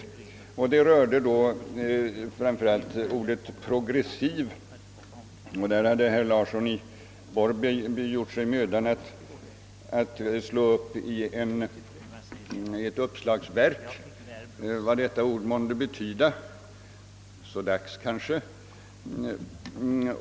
Det gällde framför allt ordet »progressiv». Herr Larsson i Borrby hade gjort sig mödan att i ett uppslagsverk se efter vad ordet kunde betyda så dags kanske!